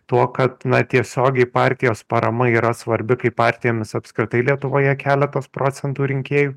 tuo kad na tiesiogiai partijos parama yra svarbi kai partijomis apskritai lietuvoje keletas procentų rinkėjų